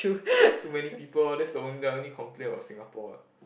too many people that's the only only complaint about Singapore what